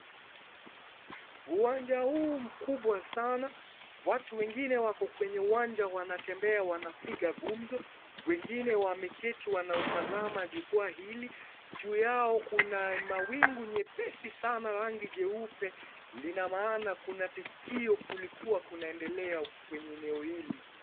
Uwanja huu mkubwa Sana. Watu wengine wako kwenye uwanja, wanatembea wanapiga gumzo. Wengine wameketi wanautazama chukua hili. Juu yao kuna mawingu nyepesi sana ya rangi jeupe. Lina maana kuna tukio kulikuwa kunaendelea kwenye eneo hili.